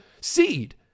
seed